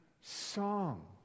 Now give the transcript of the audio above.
song